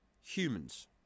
humans